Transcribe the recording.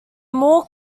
more